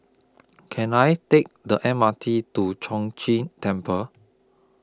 Can I Take The M R T to Chong Chee Temple